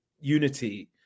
unity